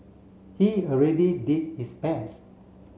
he already did his best